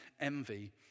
envy